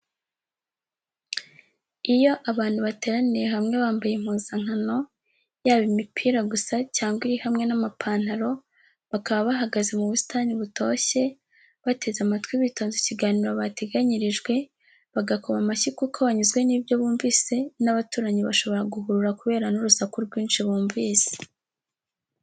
Iyo abantu bateraniye hamwe bambaye impuzankano, yaba imipira gusa cyangwa iri hamwe n'amapantaro, bakaba bahagaze mu busitani butoshye, bateze amatwi bitonze ikiganiro bateganyirijwe, bagakoma amashyi kuko banyuzwe n'ibyo bumvise n'abaturanyi bashobora guhurura kubera n'urusaku rwinshi bumvise.